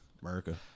America